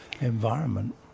environment